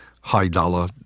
high-dollar